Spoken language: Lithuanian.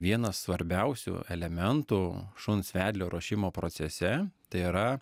vienas svarbiausių elementų šuns vedlio ruošimo procese tai yra